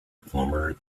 plumber